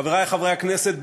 חברי חברי הכנסת,